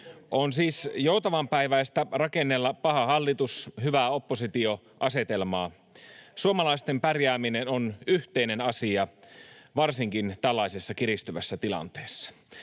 On siis joutavanpäiväistä rakennella paha hallitus—hyvä oppositio -asetelmaa. Suomalaisten pärjääminen on yhteinen asia varsinkin tällaisessa kiristyvässä tilanteessa.